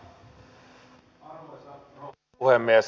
arvoisa rouva puhemies